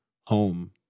home